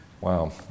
Wow